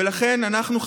ולכן אנחנו,